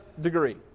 degree